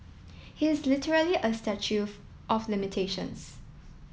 he is literally a statue of limitations